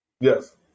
Yes